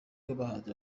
rw’abahanzi